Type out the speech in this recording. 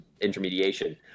intermediation